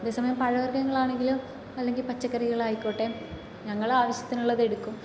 അതേസമയം പഴവർഗ്ഗങ്ങളാണെങ്കിലും അല്ലെങ്കിൽ പച്ചക്കറികളായിക്കോട്ടെ ഞങ്ങൾ ആവശ്യത്തിനുള്ളത് എടുക്കും